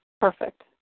Perfect